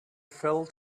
fell